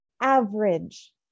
average